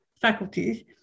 faculties